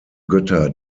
götter